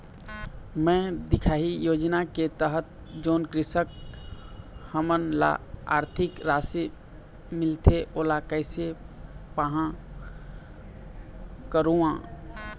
मैं दिखाही योजना के तहत जोन कृषक हमन ला आरथिक राशि मिलथे ओला कैसे पाहां करूं?